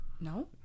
no